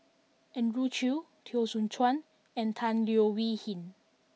Andrew Chew Teo Soon Chuan and Tan Leo Wee Hin